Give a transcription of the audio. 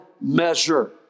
measure